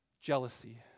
Jealousy